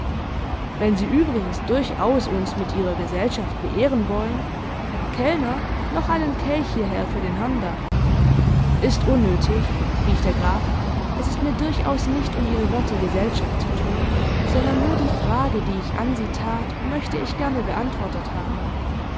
wenn sie übrigens durchaus uns mit ihrer gesellschaft beehren wollen kellner noch einen kelch hierher für den herrn da ist unnötig rief der graf es ist mir durchaus nicht um ihre werte gesellschaft zu tun sondern nur die frage die ich an sie tat möchte ich gerne beantwortet haben